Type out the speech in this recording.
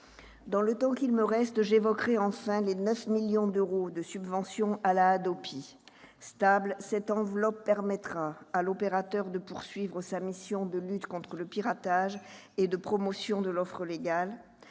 Dans le temps qu'il me reste, j'évoquerai enfin les 9 millions d'euros de subvention à la HADOPI. Stable, cette enveloppe permettra à l'opérateur de poursuivre sa mission de lutte contre le piratage et de promotion de l'offre légale.